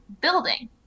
building